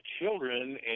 children